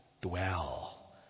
dwell